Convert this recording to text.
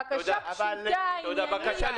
בקשה פשוטה, עניינית.